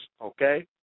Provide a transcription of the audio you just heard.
okay